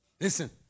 Listen